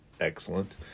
excellent